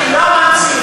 אני לא ממציא,